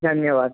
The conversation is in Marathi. धन्यवाद